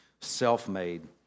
self-made